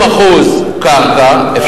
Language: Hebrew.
50% קרקע,